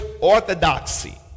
orthodoxy